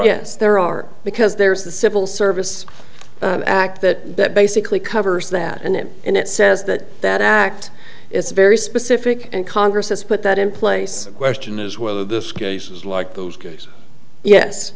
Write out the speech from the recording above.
yes there are because there is the civil service act that basically covers that and it and it says that that act is very specific and congress has put that in place question is whether this case is like those